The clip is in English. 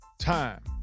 time